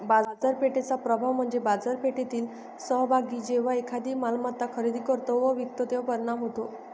बाजारपेठेचा प्रभाव म्हणजे बाजारपेठेतील सहभागी जेव्हा एखादी मालमत्ता खरेदी करतो व विकतो तेव्हा परिणाम होतो